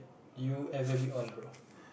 you ever been on bro